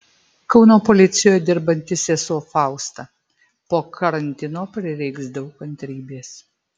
kauno policijoje dirbanti sesuo fausta po karantino prireiks daug kantrybės